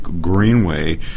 Greenway